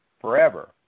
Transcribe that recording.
forever